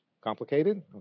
complicated